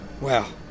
wow